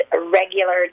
regular